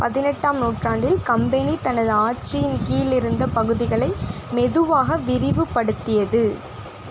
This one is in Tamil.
பதினெட்டாம் நூற்றாண்டில் கம்பெனி தனது ஆட்சியின் கீழ் இருந்த பகுதிகளை மெதுவாக விரிவுபடுத்தியது